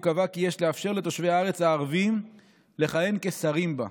הוא קבע כי יש לאפשר לתושבי הארץ הערבים לכהן כשרים בה.